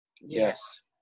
Yes